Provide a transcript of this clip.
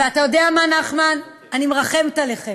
ואתה יודע מה, נחמן, אני מרחמת עליכם,